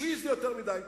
שליש זה יותר מדי,